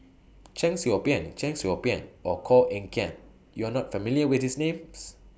Cheong Soo Pieng Cheong Soo Pieng Or Koh Eng Kian YOU Are not familiar with These Names